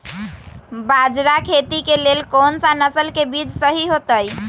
बाजरा खेती के लेल कोन सा नसल के बीज सही होतइ?